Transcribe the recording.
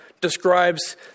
describes